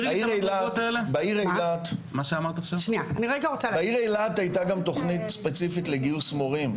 בעיר אילת הייתה גם תכנית ספציפית לגיוס מורים.